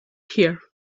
here